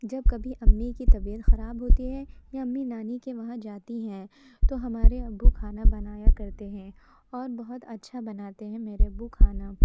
جب کبھی امی کی طبیعت خراب ہوتی ہے یا امی نانی کے وہاں جاتی ہیں تو ہمارے ابو کھانا بنایا کرتے ہیں اور بہت اچھا بناتے ہیں میرے ابو کھانا